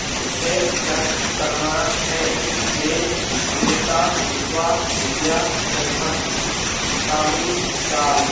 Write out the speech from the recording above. مجھے چَک کرنا ہے کہ امرکا وشوا ودیا پیٹھم تعلیمی سال